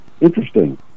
interesting